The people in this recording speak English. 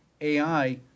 AI